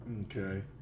Okay